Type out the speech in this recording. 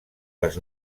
les